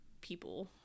people